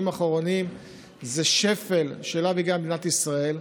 האחרונים זה שפל שלא היה במדינת ישראל,